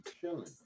chilling